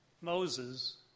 Moses